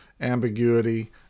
ambiguity